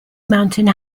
mountain